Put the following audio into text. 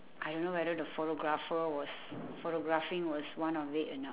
I don't know whether the photographer was photographing was one of it or not